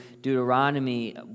Deuteronomy